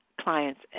clients